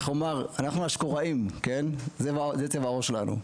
אנחנו --- זה צבע העור שלנו.